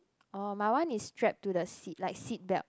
orh my one is strap to the seat like seat belt